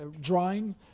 drawing